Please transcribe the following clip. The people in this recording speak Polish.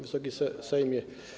Wysoki Sejmie!